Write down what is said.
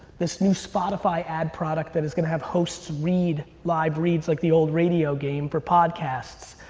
this new spotify ad product that is gonna have hosts read live reads like the old radio game for podcasts,